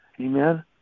Amen